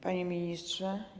Panie Ministrze!